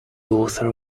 author